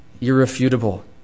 irrefutable